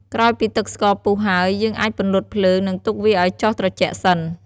ក្រោយពីទឹកស្ករពុះហើយ យើងអាចពន្លត់ភ្លើង និងទុកវាឱ្យចុះត្រជាក់សិន។